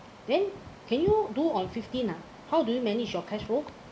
then can you do on fifteen ah how do you manage your cash roll